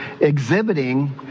Exhibiting